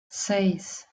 seis